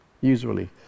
usually